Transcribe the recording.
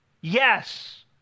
Yes